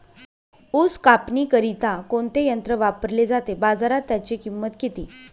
ऊस कापणीकरिता कोणते यंत्र वापरले जाते? बाजारात त्याची किंमत किती?